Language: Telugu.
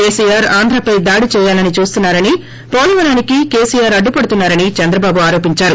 కేసీఆర్ ఆంధ్రపై దాడి చేయాలని చూస్తున్నా రని పోలవరానికి కేసిఆర్ అడ్డుపడుతున్నా రని చంద్రబాబు ఆరోపించారు